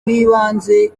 rwibanze